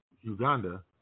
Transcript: Uganda